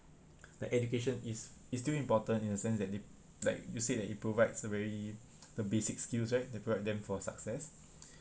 that education is is still important in a sense that it like you said that it provides a very the basic skills right they provide them for success